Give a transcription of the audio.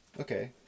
Okay